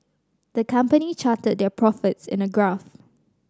the company charted their profits in a graph